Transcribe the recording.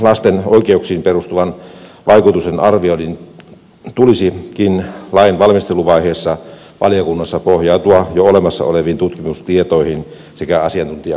lasten oikeuksiin perustuvan vaikutusten arvioinnin tässä laissa tulisikin lain valmisteluvaiheessa valiokunnassa pohjautua jo olemassa oleviin tutkimustietoihin sekä asiantuntijakuulemisiin